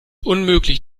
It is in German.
unmöglich